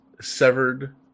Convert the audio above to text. severed